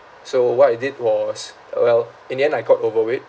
so what I did was orh well in the end I got over it